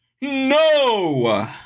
No